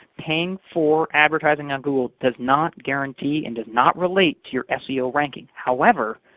paying for advertising on google does not guarantee and does not relate to your seo ranking however,